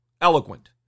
eloquent